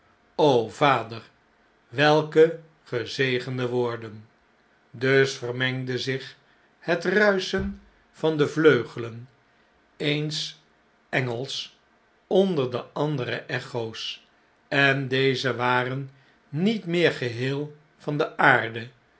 vader welke gezegende woorden dus vermengde zich het ruischen van de vleufelen eens engels onder de andere echo's en eze waren niet meer geheel van de aarde